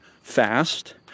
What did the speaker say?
fast